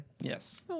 Yes